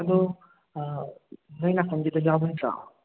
ꯑꯗꯣ ꯅꯣꯏ ꯅꯥꯀꯟꯒꯤꯗꯣ ꯌꯥꯎꯔꯣꯏꯗ꯭ꯔꯣ